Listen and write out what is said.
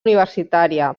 universitària